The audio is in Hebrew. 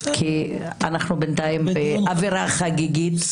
כי אנחנו בינתיים באווירה חגיגית,